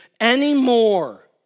anymore